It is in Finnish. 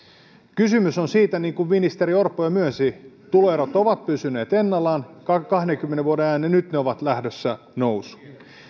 kysymys on siitä niin kuin ministeri orpo jo myönsi että tuloerot ovat pysyneet ennallaan kahdenkymmenen vuoden ajan ja nyt ne ovat lähdössä nousuun